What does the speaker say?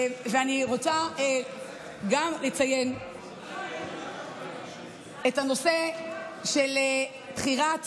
אני רוצה גם לציין את הנושא של בחירת